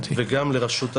וגם לרשות האוכלוסין.